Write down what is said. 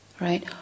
right